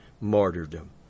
Martyrdom